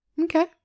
Okay